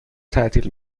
تعطیل